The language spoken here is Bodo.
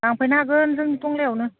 लांफैनो हागोन जोंनि टंलायावनो